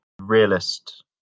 realist